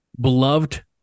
beloved